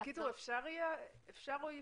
בקיצור, יהיה אפשר או לא?